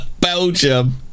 Belgium